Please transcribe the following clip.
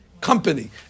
company